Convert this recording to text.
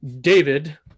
David